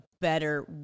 better